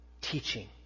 teaching